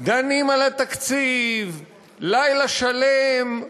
דנים על התקציב לילה שלם,